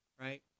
right